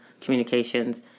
Communications